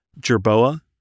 jerboa